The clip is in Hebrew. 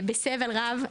בסבל רב,